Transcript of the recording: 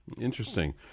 Interesting